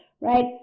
right